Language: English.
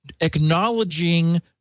acknowledging